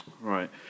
Right